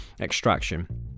extraction